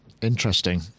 Interesting